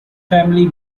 family